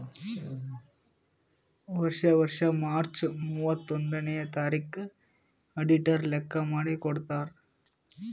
ವರ್ಷಾ ವರ್ಷಾ ಮಾರ್ಚ್ ಮೂವತ್ತೊಂದನೆಯ ತಾರಿಕಿಗ್ ಅಡಿಟರ್ ಲೆಕ್ಕಾ ಮಾಡಿ ಕೊಡ್ತಾರ್